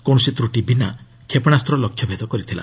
କୌଣସି ତ୍ରଟି ବିନା କ୍ଷେପଶାସ୍ତ ଲକ୍ଷ୍ୟଭେଦ କରିଥିଲା